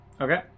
Okay